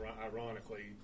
ironically